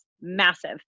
Massive